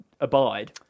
abide